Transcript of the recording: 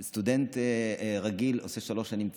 סטודנט רגיל עושה שלוש שנים צבא,